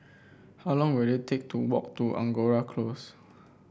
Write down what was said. how long will it take to walk to Angora Close